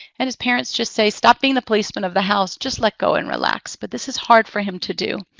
and his parents just say, stop being the policeman of the house. just let go and relax, but this is hard for him to do.